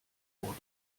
wurden